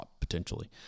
potentially